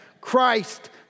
Christ